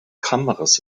kameras